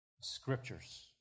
Scriptures